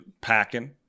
Packing